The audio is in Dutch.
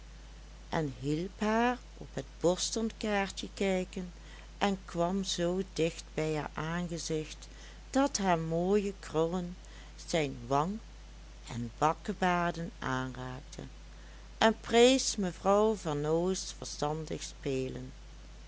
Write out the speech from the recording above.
en hielp haar op het bostonkaartje kijken en kwam zoo dicht bij haar aangezicht dat haar mooie krullen zijn wang en bakkebaarden aanraakten en prees mevrouw vernooys verstandig spelen